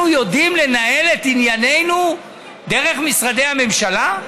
יודעים לנהל את עניינינו דרך משרדי הממשלה?